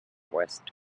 west